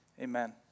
Amen